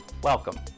Welcome